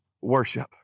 worship